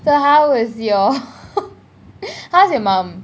so how is your how is your mum